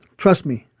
trust me.